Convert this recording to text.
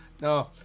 no